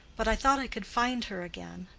but i thought i could find her again.